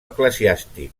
eclesiàstic